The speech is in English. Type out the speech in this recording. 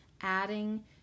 adding